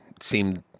seemed